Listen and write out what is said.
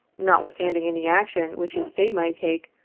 notwithstanding any action which his state might take,